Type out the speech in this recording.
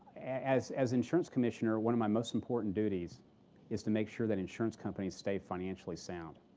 as as insurance commissioner, one of my most important duties is to make sure that insurance companies stay financially sound.